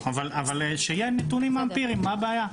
אבל שיהיה נתונים אמפיריים, מה הבעיה?